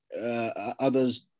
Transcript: others